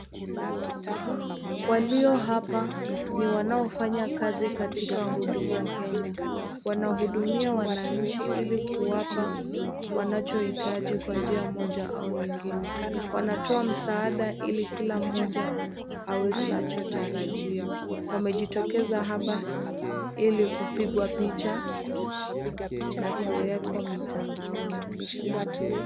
Walio hapa ni wanaofanya kazi katika huduma kenya , wanahudumia wananchi ili kuwapa wanachohitaji kwa njia moja au nyingine. Wanatoa msaada ili kila mmoja awe anachotarajia. Wamejitokeza hapa ili kupigwa picha na kuekwa mitandaoni.